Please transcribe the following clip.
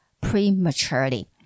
prematurely